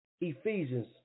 Ephesians